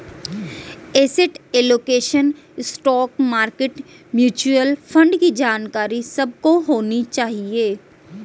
asset allocation, stock market, mutual fund की जानकारी सबको होनी चाहिए